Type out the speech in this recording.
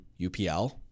UPL